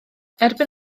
erbyn